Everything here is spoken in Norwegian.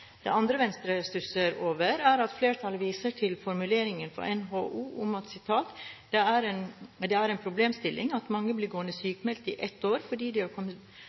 Det andre Venstre stusser over, er at flertallet viser til formuleringen fra NHO om at det er «en problemstilling at mange blir gående sykemeldt i ett år fordi de